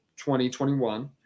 2021